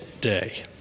day